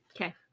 okay